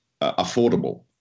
affordable